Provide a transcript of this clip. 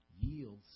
yields